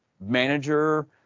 manager